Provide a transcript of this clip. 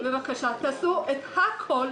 בבקשה תעשו את הכול,